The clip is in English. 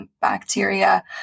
bacteria